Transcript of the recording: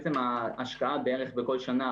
בעצם ההשקעה בערך בכל שנה,